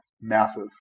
Massive